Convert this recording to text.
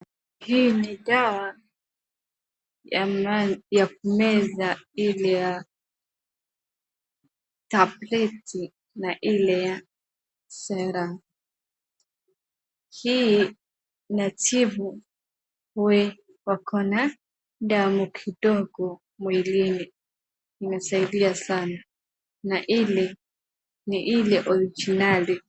Hii ni dawa ya kumeza ile ya tableti na ile ya sera . Hii inatibu wenye wakona damu kidogo mwilini. Inasaidia sana na ile ni ile originali .